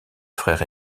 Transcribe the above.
frères